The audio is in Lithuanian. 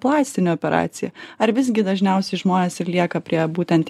plastinę operaciją ar visgi dažniausiai žmonės ir lieka prie būtent